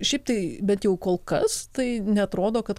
šiaip tai bent jau kol kas tai neatrodo kad